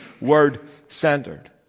word-centered